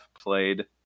played